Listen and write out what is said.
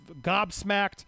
gobsmacked